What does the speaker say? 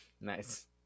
Nice